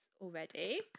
already